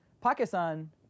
Pakistan